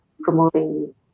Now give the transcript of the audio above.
promoting